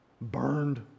burned